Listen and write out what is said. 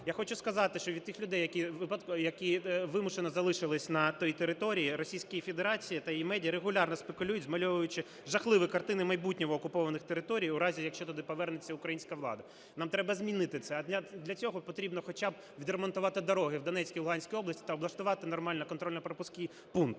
Я хочу сказати, що від тих людей, які вимушено залишились на тій території, Російська Федерація та її медіа регулярно спекулюють, змальовуючи жахливі картини майбутнього окупованих територій у разі, якщо туди повернеться українська влада. Нам треба змінити це, а для цього потрібно хоча б відремонтувати дороги в Донецькій і Луганській області та облаштувати нормально контрольно-пропускні пункти.